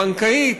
הבנקאית,